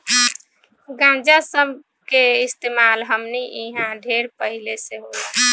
गांजा सब के इस्तेमाल हमनी इन्हा ढेर पहिले से होला